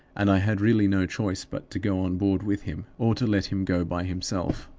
and i had really no choice but to go on board with him or to let him go by himself.